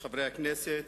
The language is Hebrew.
חברי הכנסת,